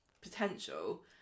potential